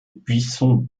buissons